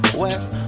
west